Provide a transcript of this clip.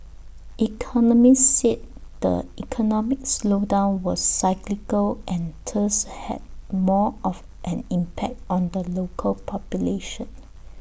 economists said the economic slowdown was cyclical and thus had more of an impact on the local population